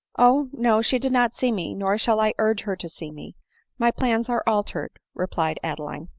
oh, no she did not see me, nor shall i urge her to see me my plans are altered, replied adeline.